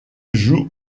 joue